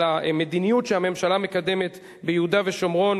על המדיניות שהממשלה מקדמת ביהודה ושומרון.